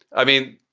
i mean,